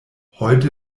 heute